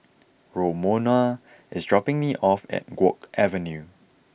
Romona is dropping me off at Guok Avenue